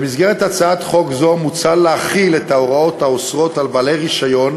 במסגרת הצעת חוק זו מוצע להחיל את ההוראות האוסרות על בעלי רישיון